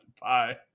Bye